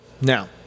Now